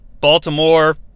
Baltimore